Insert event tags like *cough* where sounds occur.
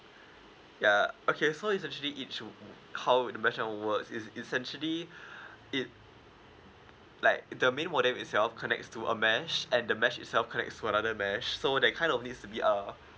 *breath* yeah okay so essentially it sho~ how it the mesh works is is essentially *breath* it like the main modem itself connects to a mesh and the mesh itself connects another mesh so that kind of needs to be uh